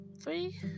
three